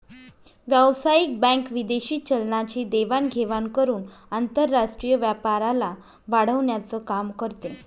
व्यावसायिक बँक विदेशी चलनाची देवाण घेवाण करून आंतरराष्ट्रीय व्यापाराला वाढवण्याचं काम करते